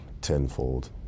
tenfold